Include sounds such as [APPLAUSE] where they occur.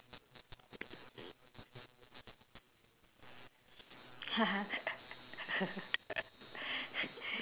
[LAUGHS]